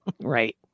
Right